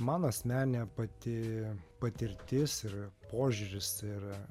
mano asmeninė pati patirtis ir požiūris ir